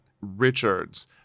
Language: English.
Richards